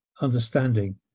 understanding